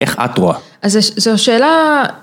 ‫איך את רואה? ‫-אז זו שאלה...